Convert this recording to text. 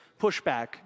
pushback